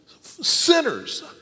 sinners